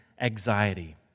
anxiety